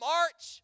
March